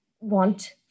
want